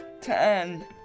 ten